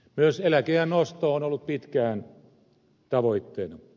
myös eläkeiän nosto on ollut pitkään tavoitteena